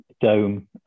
dome